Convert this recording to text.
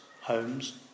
homes